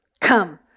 Come